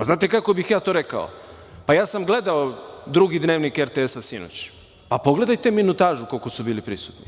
Znate kako bih ja to rekao? Pa, ja sam gledao drugi dnevnik RTS-a sinoć. Pogledajte minutažu koliko su bili prisutni.